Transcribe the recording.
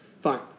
Fine